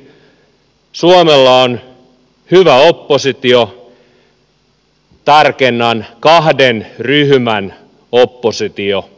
onneksi suomella on hyvä oppositio tarkennan kahden ryhmän oppositio